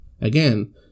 again